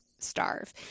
starve